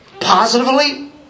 Positively